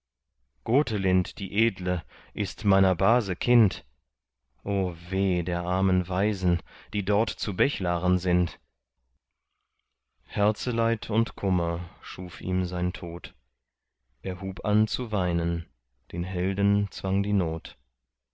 gotelind die edle ist meiner base kind o weh der armen waisen die dort zu bechlaren sind herzeleid und kummer schuf ihm sein tod er hub an zu weinen den helden zwang die not